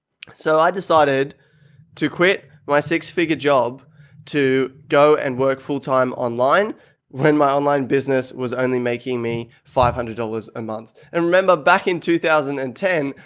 so i decided to quit my six figure job to go and work full time online when my online business was only making me five hundred dollars a month. and remember back in two thousand and ten,